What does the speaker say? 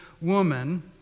woman